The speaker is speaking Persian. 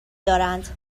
دارند